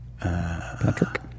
Patrick